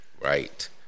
right